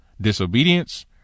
disobedience